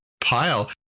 pile